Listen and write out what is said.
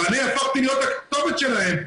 ואני הפכתי להיות הכתובת שלהם,